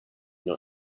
your